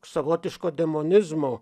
savotiško demonizmo